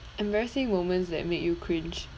embarrassing moments that make you cringe